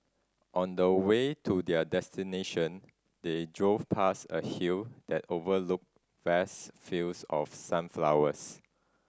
on the way to their destination they drove past a hill that overlooked vast fields of sunflowers